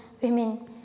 women